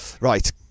right